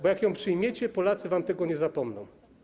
Bo jak ją przyjmiecie, Polacy wam tego nie zapomną.